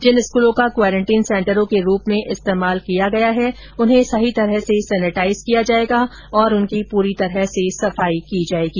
जिन स्कूलों का क्वेरेटीन सेंटरों के रूप में इस्तेमाल किया गया है उन्हें सही तरह से सेनेटाइज किया जाएगा और उनकी पूरी तरह से सफाई की जाएगी